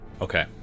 Okay